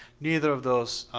neither of those